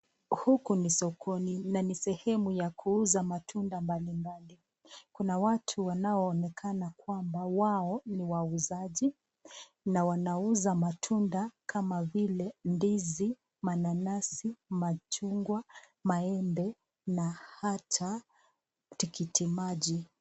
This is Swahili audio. Huku ni sokoni na ni sehemu ya kuuza matunda mbali mbali. Kuna watu wanaoonekana kwamba wao ni wauzaji na wanauza matunda kama vile ndizi, mananasi, machungwa, maembe na hata tikitimaji.